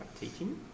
teaching